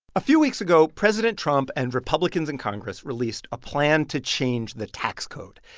few weeks ago, president trump and republicans in congress released a plan to change the tax code.